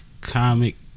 comic